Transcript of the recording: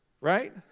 Right